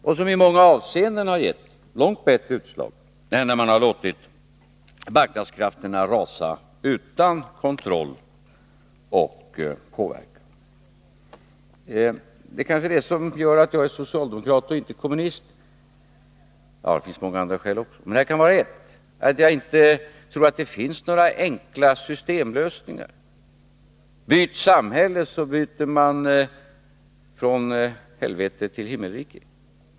Den har i många avseenden givit långt bättre utslag än när man har låtit marknadskrafterna rasa utan kontroll och påverkan. Det som gör att jag är socialdemokrat och inte kommunist — ja, det finns många andra skäl till det också, men det här är i alla fall ett — är att jag inte tror att det finns några systemlösningar. Byt samhälle så kommer vi från helvete till himmelrike!